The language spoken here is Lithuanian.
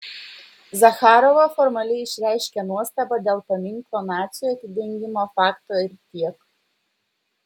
zacharova formaliai išreiškė nuostabą dėl paminklo naciui atidengimo fakto ir tiek